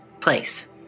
place